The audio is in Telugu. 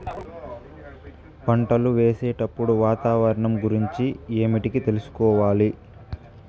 పంటలు వేసేటప్పుడు వాతావరణం గురించి ఏమిటికి తెలుసుకోవాలి?